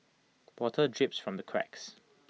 water drips from the cracks